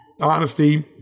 honesty